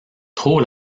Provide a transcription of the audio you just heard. trop